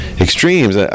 extremes